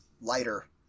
lighter